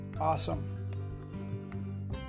awesome